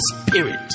spirit